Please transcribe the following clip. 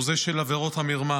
הוא זה של עבירות המרמה,